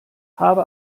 habe